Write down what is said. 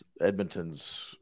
Edmonton's